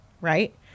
right